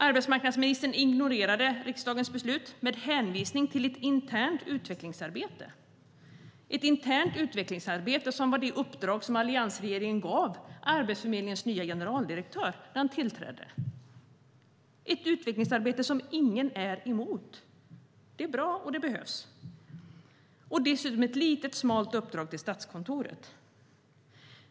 Arbetsmarknadsministern ignorerade riksdagens beslut med hänvisning till ett internt utvecklingsarbete. Det interna utvecklingsarbetet var det uppdrag som alliansregeringen gav Arbetsförmedlingens nya generaldirektör när han tillträdde. Det är ett utvecklingsarbete som ingen är emot. Det är bra, och det behövs. Och dessutom ett litet, smalt uppdrag till Statskontoret.